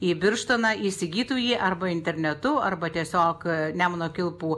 į birštoną įsigytų jį arba internetu arba tiesiog nemuno kilpų